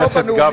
חבר הכנסת גפני.